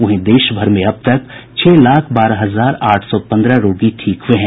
वहीं देश भर में अब तक छह लाख बारह हजार आठ सौ पन्द्रह रोगी ठीक हुए हैं